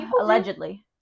allegedly